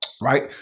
right